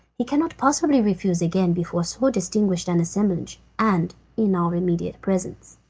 he cannot possibly refuse again before so distinguished an assemblage, and in our immediate presence.